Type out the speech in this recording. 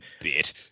bit